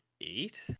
eight